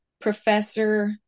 professor